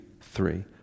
three